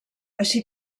així